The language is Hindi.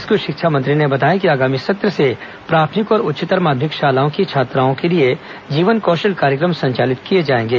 स्कूल शिक्षा मंत्री ने बताया कि आगामी सत्र से प्राथमिक और उच्चतर माध्यमिक शालाओं की छात्राओं के लिए जीवन कौशल कार्यक्रम संचालित किए जाएंगे